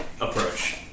approach